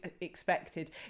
expected